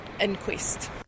inquest